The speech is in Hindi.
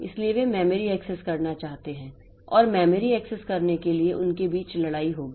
इसलिए वे मेमोरी एक्सेस करना चाहते हैं और मेमोरी एक्सेस करने के लिए उनके बीच लड़ाई होगी